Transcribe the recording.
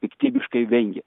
piktybiškai vengė